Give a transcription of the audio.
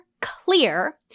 clear